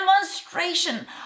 demonstration